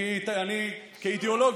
כאידיאולוג,